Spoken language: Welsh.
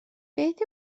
beth